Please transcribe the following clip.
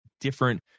different